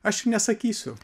aš nesakysiu